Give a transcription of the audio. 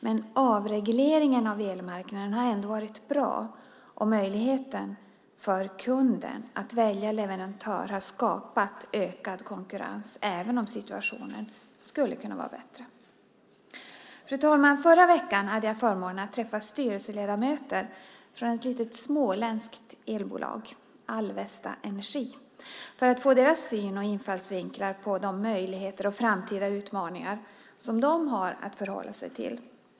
Men avregleringen av elmarknaden har ändå varit bra, och möjligheten för kunden att välja leverantör har skapat ökad konkurrens även om situationen skulle kunna vara bättre. Fru talman! Förra veckan hade jag förmånen att träffa styrelseledamöter från ett litet småländskt elbolag, Alvesta Energi, för att få höra om deras syn och infallsvinklar på de möjligheter och framtida utmaningar som de har att förhålla sig till.